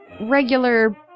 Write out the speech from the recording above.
regular